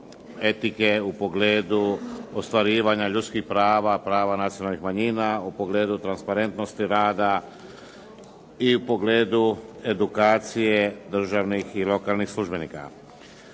etike, u pogledu ostvarivanja ljudskih prava, prava nacionalnih manjina, u pogledu transparentnosti rada i u pogledu edukacije državnih i lokalnih službenika.